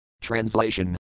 Translation